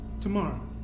Tomorrow